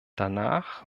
danach